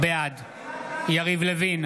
בעד יריב לוין,